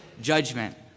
judgment